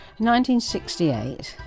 1968